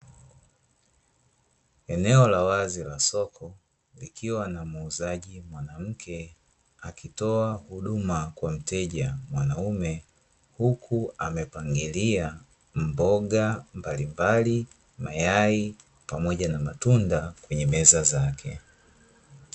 Eneo la wazi la soko likiwa na muuzaji mwanamke, akitoa huduma kwa mteja mwanaume, huku amepangilia mboga mbalimbali; mayai pamoja na matunda kwenye meza zake.